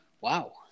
Wow